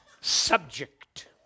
subject